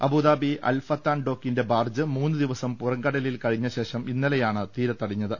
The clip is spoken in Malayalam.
അബുദാബി അൽഫത്താൻ ഡോക്കിന്റെ ബാർജ് മൂന്നുദിവസം പുറംകടലിൽ കഴിഞ്ഞ ശേഷം ഇന്നലെയാണ് തീരത്തടിഞ്ഞത്